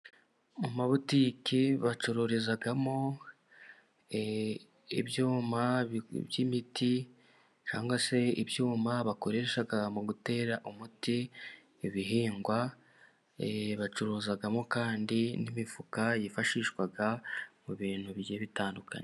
Amabutiki bacururizamo ibyuma by'imiti cyangwa se ibyuma bakoreshaga mu gutera umuti ibihingwa. Bacuruzamo kandi n'imifuka yifashishwa mu bintu bigiye bitandukanye.